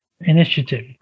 Initiative